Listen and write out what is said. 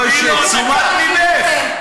אני מבקש את תשומת לבך.